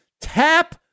Tap